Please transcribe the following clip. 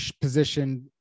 position